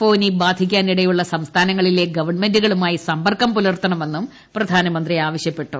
ഫോന്ദി ബ്രാധിക്കാനിടയുള്ള സംസ്ഥാനങ്ങളിലെ ഗവൺമെന്റുകളുമായി സ്റ്മ്പർക്കം പുലർത്തണമെന്നും പ്രധാനമന്ത്രി ആവശ്യപ്പെട്ടു